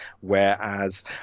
whereas